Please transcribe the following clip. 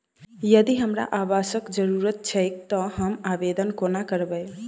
यदि हमरा आवासक जरुरत छैक तऽ हम आवेदन कोना करबै?